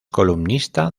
columnista